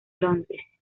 londres